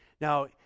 Now